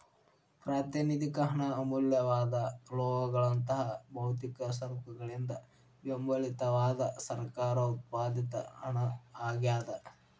ಪ್ರಾತಿನಿಧಿಕ ಹಣ ಅಮೂಲ್ಯವಾದ ಲೋಹಗಳಂತಹ ಭೌತಿಕ ಸರಕುಗಳಿಂದ ಬೆಂಬಲಿತವಾದ ಸರ್ಕಾರ ಉತ್ಪಾದಿತ ಹಣ ಆಗ್ಯಾದ